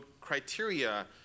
criteria